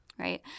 Right